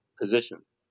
positions